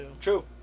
True